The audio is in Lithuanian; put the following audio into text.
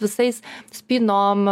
visais spynom